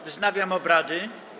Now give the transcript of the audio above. Wznawiam obrady.